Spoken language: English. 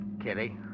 Kitty